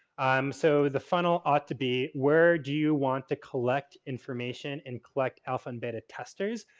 um so, the funnel ought to be where do you want to collect information and collect alpha and beta testers?